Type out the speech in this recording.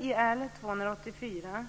I L284